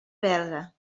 belga